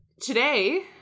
Today